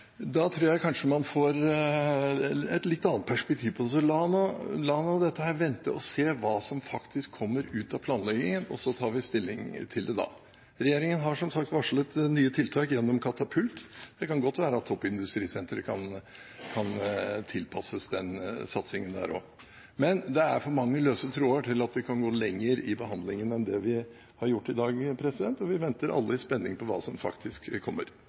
da. Regjeringen har som sagt varslet nye tiltak gjennom katapultsentre. Det kan godt hende at toppindustrisenteret kan tilpasses den satsingen. Men det er for mange løse tråder til at vi kan gå lenger i behandlingen enn det vi har gjort i dag. Vi venter alle i spenning på hva som faktisk kommer.